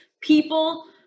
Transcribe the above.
people